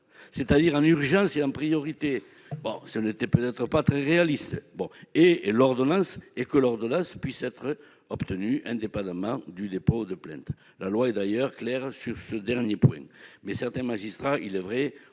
c'est-à-dire en urgence et en priorité- ce n'était peut-être pas très réaliste -et qu'elle puisse être obtenue indépendamment du dépôt de plainte- la loi est d'ailleurs claire sur ce dernier point -, mais certains magistrats, il est vrai,